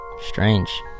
Strange